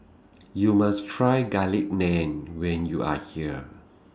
YOU must Try Garlic Naan when YOU Are here